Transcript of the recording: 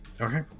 Okay